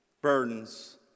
burdens